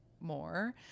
more